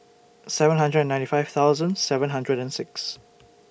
seven hundred and ninety five thousand seven hundred and six